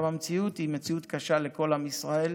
המציאות היא מציאות קשה לכל עם ישראל,